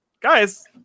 guys